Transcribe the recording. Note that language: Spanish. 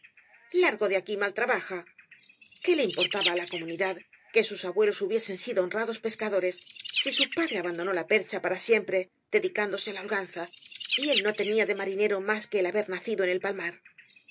largo de alh maltrabaja qué le importaba á la comunidad que bus abuelos hubiesen sido honrados pescadores si su padre abandonó la percha para siempre dedicándose á la holganza y él no tenía de marinero mas que el haber nacido en el palmar